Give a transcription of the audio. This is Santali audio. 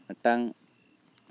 ᱢᱮᱫ ᱴᱟᱝ